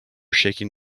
shaking